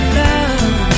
love